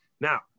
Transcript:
Now